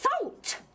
assault